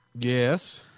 yes